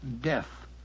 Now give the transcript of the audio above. death